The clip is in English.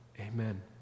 Amen